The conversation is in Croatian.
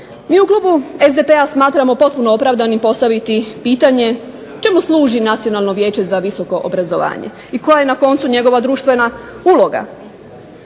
MI u Klubu SDP-a smatramo potpuno opravdanim postaviti pitanje čemu služi nacionalno vijeće za visoko obrazovanje i koja je na koncu njegova društvena uloga.